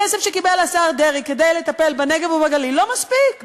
הכסף שקיבל השר דרעי כדי לטפל בנגב ובגליל לא מספיק,